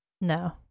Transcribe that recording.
no